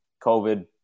COVID